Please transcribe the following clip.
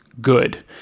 Good